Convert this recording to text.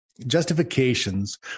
Justifications